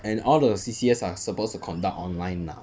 and all the C_C_As are supposed to conduct online lah